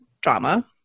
drama